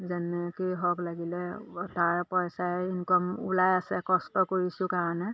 যেনেকেই হওক লাগিলে তাৰ পইচাই ইনকম ওলাই আছে কষ্ট কৰিছোঁ কাৰণে